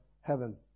heaven